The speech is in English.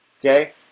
Okay